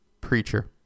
Preacher